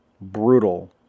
brutal